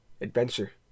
adventure